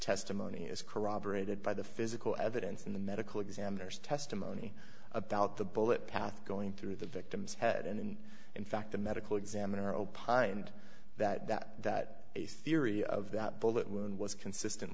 testimony is corroborated by the physical evidence in the medical examiner's testimony about the bullet path going through the victim's head and in fact the medical examiner opined that that a theory of that bullet wound was consistent